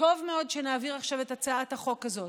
טוב מאוד שנעביר עכשיו את הצעת החוק הזאת.